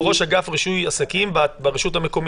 ראש אגף רישוי עסקים ברשות המקומית,